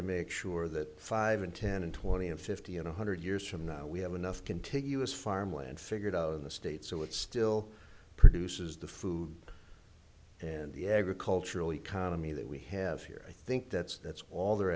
to make sure that five and ten and twenty and fifty and a hundred years from now we have enough contiguous farmland figured out in the states so it still produces the food and the agricultural economy that we have here i think that's that's all they're